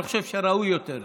אני חושב שראוי יותר.